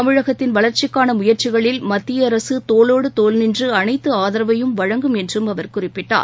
தமிழகத்தின் வளர்ச்சிக்கான முயற்சிகளில் மத்திய அரசு தோளோடு தோள் நின்று அனைத்து ஆதரவையும் வழங்கும் என்றும் அவர் குறிப்பிட்டார்